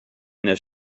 this